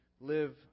live